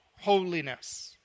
holiness